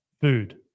food